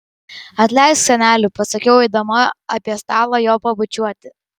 atleisk seneli pasakiau eidama apie stalą jo pabučiuoti